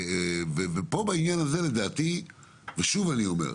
ושוב אני אומר,